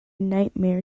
nightmare